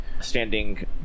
Standing